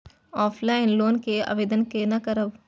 Offline loan के आवेदन केना करब?